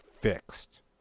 fixed